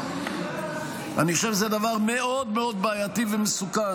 אני חושב שזה דבר מאוד מאוד בעייתי ומסוכן